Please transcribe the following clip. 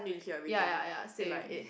ya ya ya same